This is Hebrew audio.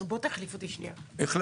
תחליף אותי פה, נהל